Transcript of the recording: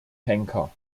henker